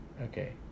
Okay